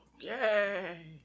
Yay